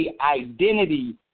identity